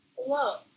Hello